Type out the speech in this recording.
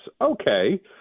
Okay